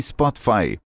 Spotify